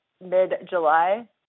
mid-July